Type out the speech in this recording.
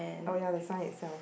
oh ya the sun itself